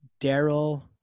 daryl